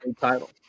title